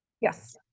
yes